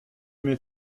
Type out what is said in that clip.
mets